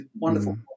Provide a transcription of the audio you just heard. wonderful